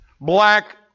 black